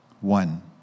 One